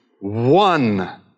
one